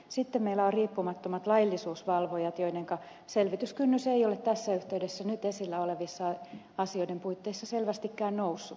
sitten meillä on riippumattomat laillisuusvalvojat joiden selvityskynnys ei ole tässä yhteydessä nyt esillä olevissa asioiden puitteissa selvästikään noussut